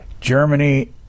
Germany